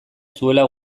zuela